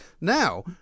Now